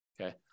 Okay